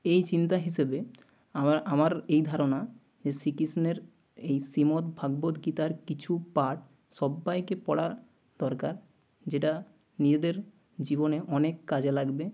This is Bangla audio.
এই চিন্তা হিসেবে আমার আমার এই ধারণা যে শ্রীকৃষ্ণের এই শ্রীমদ্ ভাগবত গীতার কিছু পার্ট সব্বাইকে পড়া দরকার যেটা নিজেদের জীবনে অনেক কাজে লাগবে